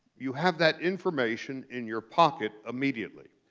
you have that information in your pocket immediately.